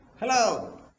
Hello